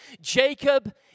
Jacob